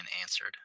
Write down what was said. answered